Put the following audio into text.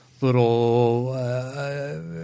little